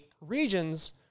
regions